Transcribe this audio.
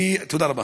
תודה רבה.